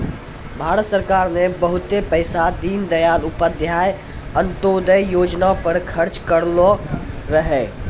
भारत सरकार ने बहुते पैसा दीनदयाल उपाध्याय अंत्योदय योजना पर खर्च करलो रहै